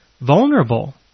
vulnerable